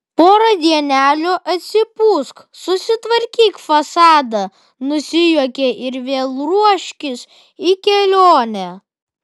porą dienelių atsipūsk susitvarkyk fasadą nusijuokė ir vėl ruoškis į kelionę